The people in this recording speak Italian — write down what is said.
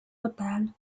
hotel